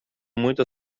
muito